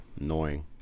Annoying